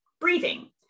breathing